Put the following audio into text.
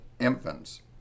infants